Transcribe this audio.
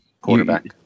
Quarterback